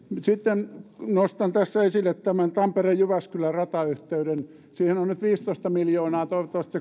sitten nostan tässä esille tämän tampere jyväskylä ratayhteyden siihen on nyt viisitoista miljoonaa toivottavasti